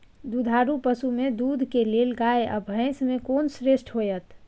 दुधारू पसु में दूध के लेल गाय आ भैंस में कोन श्रेष्ठ होयत?